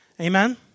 Amen